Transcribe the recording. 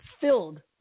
filled